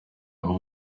uba